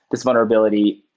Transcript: this vulnerability,